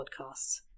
podcasts